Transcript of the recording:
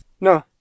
No